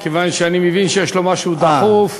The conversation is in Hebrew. כיוון שאני מבין שיש לו משהו דחוף.